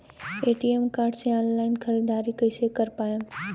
ATM card से online ख़रीदारी कइसे कर पाएम?